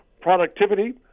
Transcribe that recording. productivity